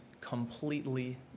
completely